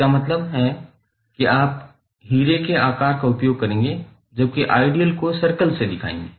इसका मतलब है कि आप हीरे के आकार का उपयोग करेंगे जबकि आइडियल को सर्कल से दिखाएंगे